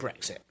Brexit